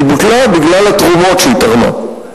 היא בוטלה בגלל התרומות שהיא תרמה,